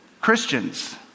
Christians